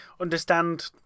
understand